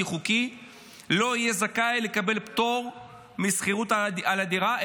חוקי לא יהיה זכאי לקבל פטור משכירות על הדירה,